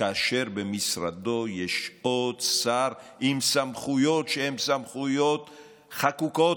כאשר במשרדו יש עוד שר עם סמכויות שהן סמכויות חקוקות,